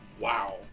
Wow